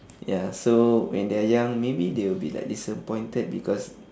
ya so when they are young maybe they would be like disappointed because